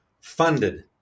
funded